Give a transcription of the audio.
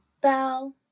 bell